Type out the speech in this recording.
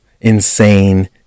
insane